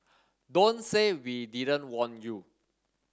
don't say we didn't warn you